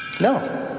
No